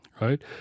right